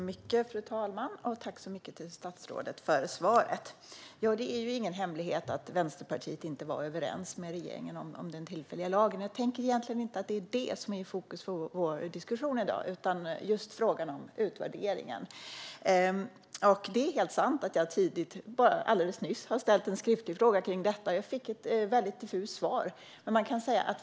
Fru talman! Jag tackar statsrådet för svaret. Det ingen hemlighet att Vänsterpartiet inte var överens med regeringen om den tillfälliga lagen. Men det står inte fokus för vår diskussion i dag utan frågan om utvärderingen. Det är sant att jag nyligen ställde en skriftlig fråga om detta, och jag fick ett diffust svar.